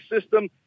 system